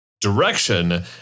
direction